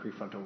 prefrontal